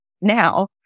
now